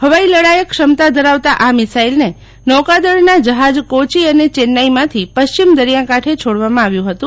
હવાઇ લડાયક ક્ષમતા ધરાવતા આ મિસાઇલને નૌકાદળના જહાજ કોચી અને ચેન્નાઇમાંથી પશ્ચિમ દરિયાકાંઠે છોડવામાં આવ્યું હતું